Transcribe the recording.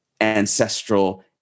ancestral